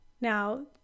Now